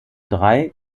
drei